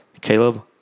Caleb